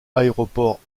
aéroports